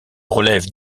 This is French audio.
relèvent